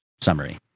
summary